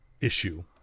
issue